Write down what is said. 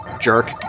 jerk